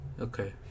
Okay